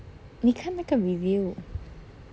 你看那个 review